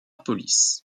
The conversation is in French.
police